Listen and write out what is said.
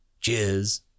Cheers